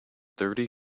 thirty